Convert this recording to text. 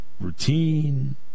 Routine